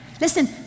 Listen